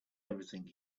everything